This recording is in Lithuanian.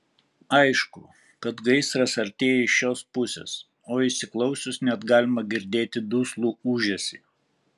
aišku kad gaisras artėja iš šios pusės o įsiklausius net galima girdėti duslų ūžesį